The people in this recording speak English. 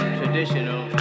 traditional